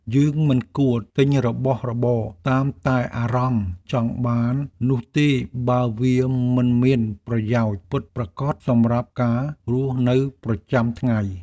យើងមិនគួរទិញរបស់របរតាមតែអារម្មណ៍ចង់បាននោះទេបើវាមិនមានប្រយោជន៍ពិតប្រាកដសម្រាប់ការរស់នៅប្រចាំថ្ងៃ។